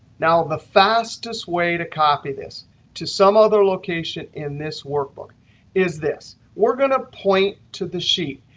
now, the fastest way to copy this to some other location in this workbook is this we're going to point to this sheet,